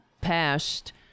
passed